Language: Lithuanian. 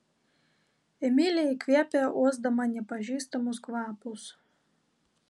emilė įkvėpė uosdama nepažįstamus kvapus